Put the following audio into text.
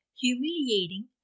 humiliating